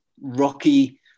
rocky